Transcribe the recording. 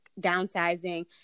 downsizing